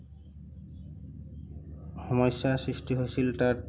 সমস্যাৰ সৃষ্টি হৈছিল তাত